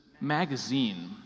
magazine